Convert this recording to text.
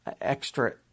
extra